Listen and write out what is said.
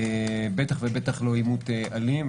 בטח ובטח לא עימות אלים.